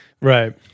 right